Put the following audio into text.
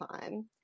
time